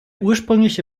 ursprüngliche